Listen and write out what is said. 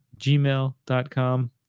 gmail.com